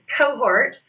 cohort